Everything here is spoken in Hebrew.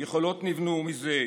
יכולות נבנו מזה,